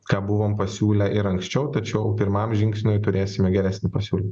ką buvom pasiūlę ir anksčiau tačiau pirmam žingsniui turėsime geresnį pasiūlym